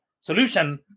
solution